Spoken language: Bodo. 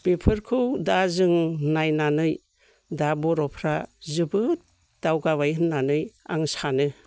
बेफोरखौ दा जों नायनानै दा बर'फ्रा जोबोर दावगाबाय होननानै आं सानो